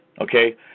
Okay